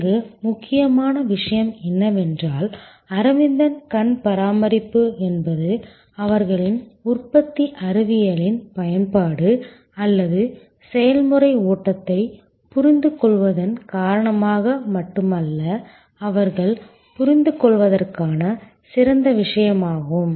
இங்கு முக்கியமான விஷயம் என்னவென்றால் அரவிந்தன் கண் பராமரிப்பு என்பது அவர்களின் உற்பத்தி அறிவியலின் பயன்பாடு அல்லது செயல்முறை ஓட்டத்தைப் புரிந்துகொள்வதன் காரணமாக மட்டுமல்ல அவர்கள் புரிந்துகொள்வதற்கான சிறந்த விஷயமாகும்